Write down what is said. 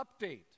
update